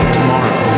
Tomorrow